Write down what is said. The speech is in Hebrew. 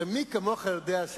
הרי על זה הכריזו כל תהליך הבחירות,